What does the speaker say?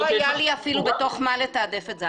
לא היה לי אפילו בתוך מה לתעדף את זה,